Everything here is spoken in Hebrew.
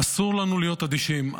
אסור לנו להיות אדישים.